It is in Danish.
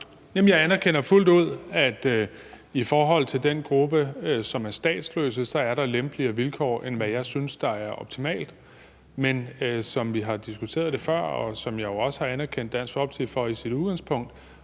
Jeg anerkender fuldt ud, at der i forhold til den gruppe, som er statsløse, er lempeligere vilkår, end hvad jeg synes er optimalt, men som vi har diskuteret før – og jeg har jo også har anerkendt Dansk Folkeparti for at sige,